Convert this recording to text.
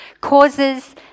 causes